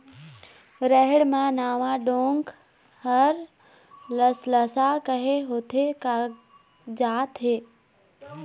रहेड़ म नावा डोंक हर लसलसा काहे होथे कागजात हे?